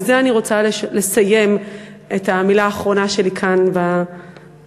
בזה אני רוצה לסיים את המילה האחרונה שלי כאן היום,